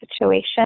situation